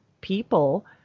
people